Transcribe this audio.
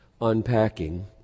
unpacking